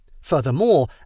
Furthermore